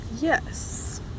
yes